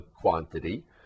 quantity